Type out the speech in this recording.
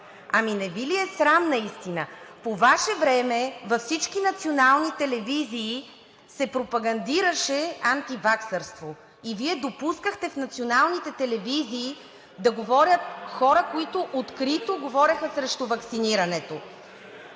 Ами не Ви ли е срам наистина?! По Ваше време във всички национални телевизии се пропагандираше антиваксърство и Вие допускахте в националните телевизии да говорят хора, които открито говореха срещу ваксинирането.